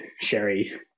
Sherry